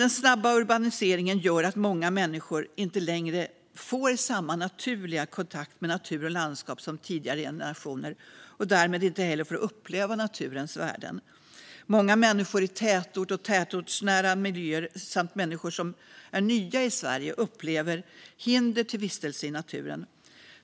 Den snabba urbaniseringen gör att många människor inte längre får samma naturliga kontakt med natur och landskap som tidigare generationer och därmed inte heller får uppleva naturens värden. Många människor i tätort och tätortsnära miljöer samt människor som är nya i Sverige upplever hinder för vistelse i naturen.